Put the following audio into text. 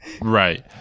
Right